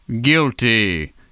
Guilty